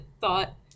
thought